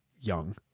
young